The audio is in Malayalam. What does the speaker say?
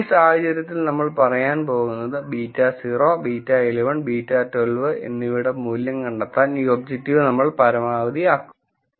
ഈ സാഹചര്യത്തിൽ നമ്മൾ പറയാൻ പോകുന്നത് β0 β11 β12 എന്നിവയുടെ മൂല്യം കണ്ടെത്താൻ ഈ ഒബ്ജക്റ്റീവ് നമ്മൾ പരമാവധി ആക്കും